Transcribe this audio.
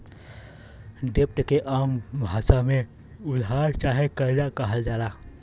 डेब्ट के आम भासा मे उधार चाहे कर्जा कहल जाला